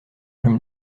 rhume